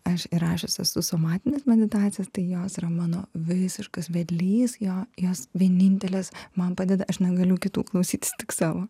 aš įrašius esu somatines meditacijas tai jos yra mano visiškas vedlys jo jos vienintelės man padeda aš negaliu kitų klausytis tik savo